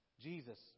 Jesus